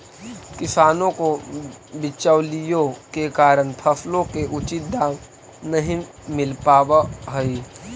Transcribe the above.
किसानों को बिचौलियों के कारण फसलों के उचित दाम नहीं मिल पावअ हई